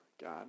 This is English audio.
God